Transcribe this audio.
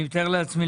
אני מתאר לעצמי,